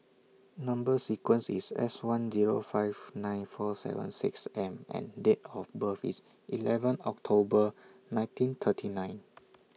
Number sequence IS S one Zero five nine four seven six M and Date of birth IS eleven October nineteen thirty nine